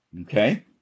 okay